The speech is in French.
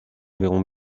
verrons